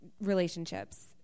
relationships